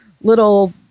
little